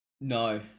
No